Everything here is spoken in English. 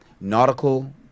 nautical